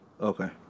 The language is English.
Okay